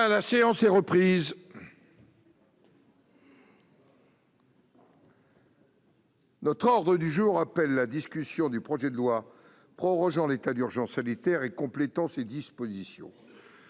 La séance est reprise. L'ordre du jour appelle la discussion du projet de loi prorogeant l'état d'urgence sanitaire et complétant ses dispositions